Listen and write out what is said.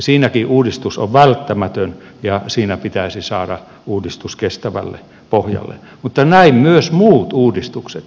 siinäkin uudistus on välttämätön ja siinä pitäisi saada uudistus kestävälle pohjalle mutta näin myös muut uudistukset